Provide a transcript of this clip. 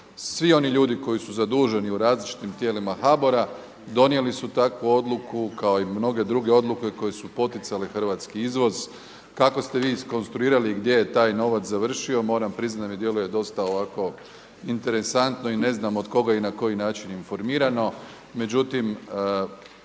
Svi oni ljudi koji su zaduženi u različitim tijelima HBOR-a donijeli su takvu odluku kao i mnoge druge odluke koje su poticale hrvatski izvoz, kako ste vi iskonstruirali i gdje je taj novac završio. Moramo priznati da mi djeluje dosta interesantno i ne znam od koga i na koji način informirano,